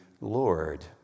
Lord